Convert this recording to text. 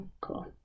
Cool